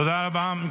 תודה רבה.